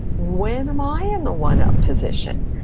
when am i in the one-up position?